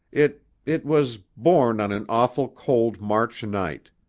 it it was born on an awful cold march night.